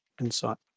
Insight